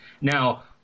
Now